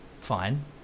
fine